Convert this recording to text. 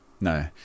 No